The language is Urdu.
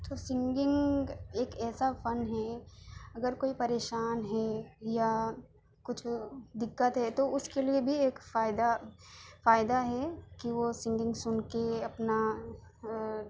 تو سنگنگ ایک ایسا فن ہے اگر کوئی پریشان ہے یا کچھ دقت ہے تو اس کے لیے بھی ایک فائدہ فائدہ ہے کہ وہ سنگنگ سن کے اپنا